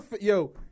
yo